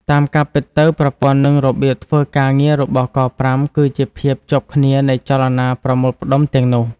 តាម ការពិតទៅប្រព័ន្ឋ និងរបៀបធ្វើការងាររបស់”ក៥”គឺជាភាពជាប់គ្នានៃចលនាប្រមូលផ្តុំទាំងនោះ។